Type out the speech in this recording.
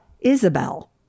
Isabel